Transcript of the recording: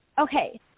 Okay